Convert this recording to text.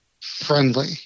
friendly